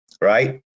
right